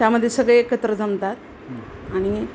त्यामध्ये सगळे एकत्र जमतात आणि